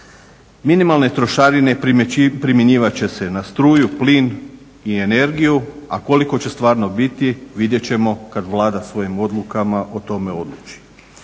Minimalne trošarine primjenjivat će se na struju, plin i energiju a koliko će stvarno biti vidjet ćemo kada Vlada svojim odlukama o tome odluči.